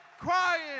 crying